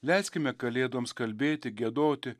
leiskime kalėdoms kalbėti giedoti